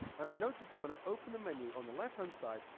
and i notice that when i open the menu on the left hand side,